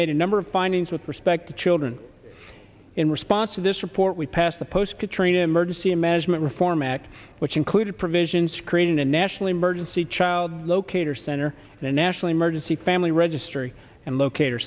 made a number of findings with respect to children in response to this report we passed the post katrina emergency management reform act which included provisions creating a national emergency child locator center and national emergency family registry and locat